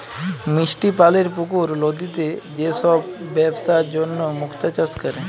মিষ্টি পালির পুকুর, লদিতে যে সব বেপসার জনহ মুক্তা চাষ ক্যরে